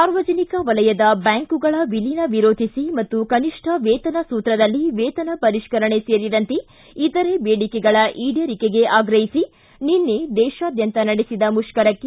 ಸಾರ್ವಜನಿಕ ವಲಯದ ಬ್ಯಾಂಕುಗಳ ವಿಲೀನ ವಿರೋಧಿಸಿ ಮತ್ತು ಕನಿಷ್ಠ ವೇತನ ಸೂತ್ರದಲ್ಲಿ ವೇತನ ಪರಿಷ್ಠರಣೆ ಸೇರಿದಂತೆ ಇತರೆ ದೇಡಿಕೆಗಳ ಈಡೇರಿಕೆಗೆ ಆಗ್ರಹಿಸಿ ನಿನ್ನೆ ದೇಶಾದ್ಯಂತ ನಡೆಸಿದ ಮುಷ್ಕರಕ್ಕೆ